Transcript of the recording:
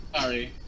Sorry